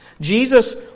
Jesus